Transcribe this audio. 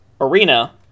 arena